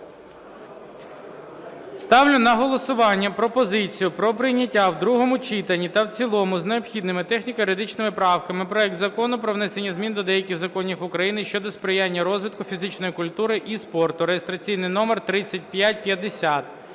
Ставлю на голосування пропозицію про прийняття в другому читанні та в цілому з необхідними техніко-юридичними правками проект Закону про внесення змін до деяких законів України щодо сприяння розвитку фізичної культури і спорту (реєстраційний номер 3550).